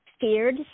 feared